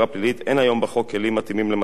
אין היום בחוק כלים מתאימים למתן מענה